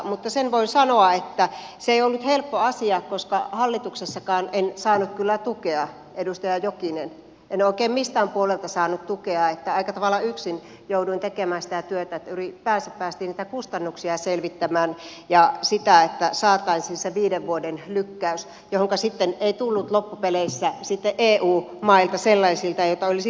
mutta sen voin sanoa että se ei ollut helppo asia koska hallituksessakaan en saanut kyllä tukea edustaja jokinen en oikein miltään puolelta saanut tukea joten aika tavalla yksin jouduin tekemään sitä työtä että ylipäänsä päästiin niitä kustannuksia selvittämään ja sitä että saataisiin se viiden vuoden lykkäys johonka sitten ei tullut loppupeleissä eu mailta sellaisilta joilta olisin odottanut tukea